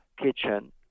kitchen